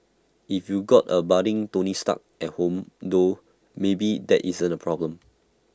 if you got A budding tony stark at home though maybe that isn't A problem